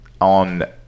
On